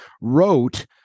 wrote